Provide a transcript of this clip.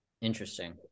Interesting